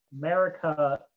america